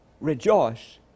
rejoice